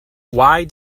why